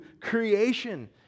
creation